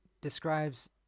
describes